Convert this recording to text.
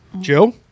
Joe